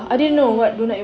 mmhmm